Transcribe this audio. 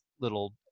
little